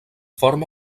forma